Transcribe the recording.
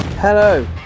Hello